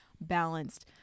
balanced